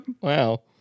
Wow